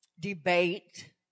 debate